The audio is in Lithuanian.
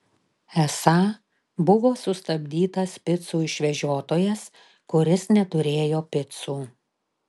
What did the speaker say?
esą buvo sustabdytas picų išvežiotojas kuris neturėjo picų